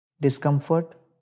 discomfort